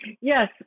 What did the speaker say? Yes